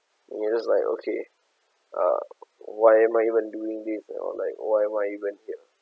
and you're just like okay uh why am I even doing this or like why am I even here